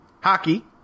hockey